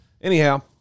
Anyhow